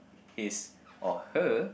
his or her